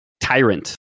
tyrant